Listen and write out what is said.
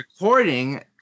recording